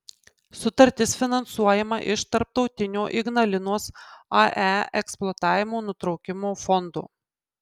sutartis finansuojama iš tarptautinio ignalinos ae eksploatavimo nutraukimo fondo